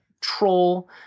troll